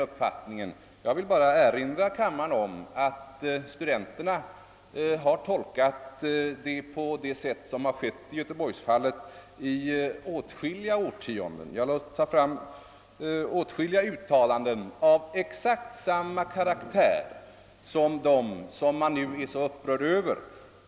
Jag vill erinra kammaren om att studenterna i åtskilliga årtionden har tolkat stadgan på samma sätt som i göteborgsfallet. Jag kan ta fram en rad uttalanden av exakt samma karaktär som de som man nu är så upprörd över.